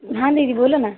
हाँ दीदी बोलो न